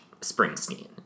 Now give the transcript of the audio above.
Springsteen